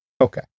Okay